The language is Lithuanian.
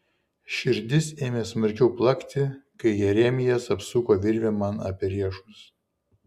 širdis ėmė smarkiau plakti kai jeremijas apsuko virvę man apie riešus